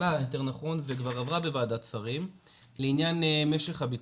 עלה יותר נכון וכבר עברה בוועדת שרים לעניין משך הביקור.